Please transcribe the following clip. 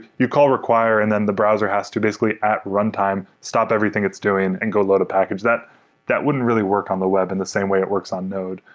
you call require and then the browser has to basically at runtime stop everything it's doing and go load a package. that that wouldn't really work on the web in the same way it works on node,